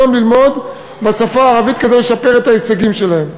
ללמוד בשפה הערבית כדי לשפר את ההישגים שלהם.